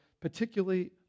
particularly